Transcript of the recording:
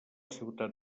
ciutat